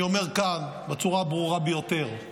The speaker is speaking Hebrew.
אני אומר כאן בצורה הברורה ביותר: